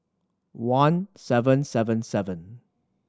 one seven seven seven